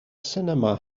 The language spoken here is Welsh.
sinema